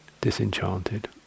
disenchanted